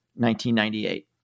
1998